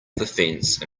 fence